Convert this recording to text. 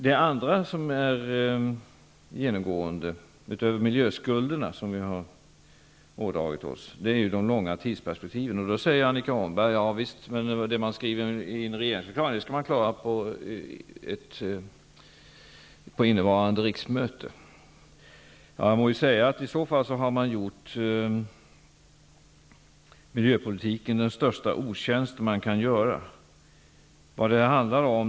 Den andra genomgående frågan, förutom de miljöskulder vi har ådragit oss, är de långa tidsperspektiven. Annika Åhnberg säger då att det som sägs i en regeringsförklaring skall uppfyllas under innevarande riksmöte. Men i så fall hade man gjort miljöpolitiken den största otjänst som det går att göra.